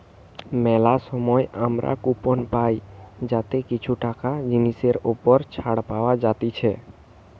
মেলা সময় আমরা কুপন পাই যাতে কিছু টাকা জিনিসের ওপর ছাড় পাওয়া যাতিছে